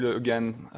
again